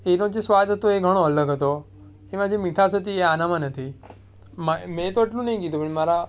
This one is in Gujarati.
એનો જે સ્વાદ હતો એ ઘણો અલગ હતો એમાં જે મીઠાશ હતી એ આનામાં નથી માં મી તો એટલું નથી કીધું પણ મારા